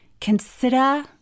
consider